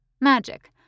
Magic